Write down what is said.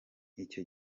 icyo